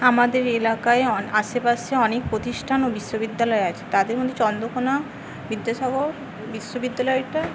আমাদের এলাকায় অ আশেপাশে অনেক প্রতিষ্ঠান ও বিশ্ববিদ্যালয় আছে তাদের মধ্যে চন্দ্রকোণা বিদ্যাসাগর বিশ্ববিদ্যালয়টা